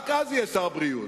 רק אז יהיה שר בריאות.